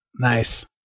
nice